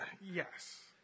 Yes